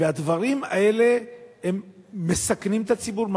והדברים האלה מסכנים את הציבור,